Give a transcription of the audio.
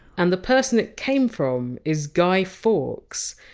and the person it came from is guy fawkes.